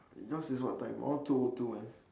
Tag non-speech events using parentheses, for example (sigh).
(noise) yours is what time all two O two man